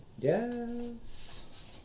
Yes